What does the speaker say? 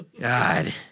God